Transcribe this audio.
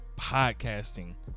podcasting